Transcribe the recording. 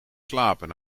slapen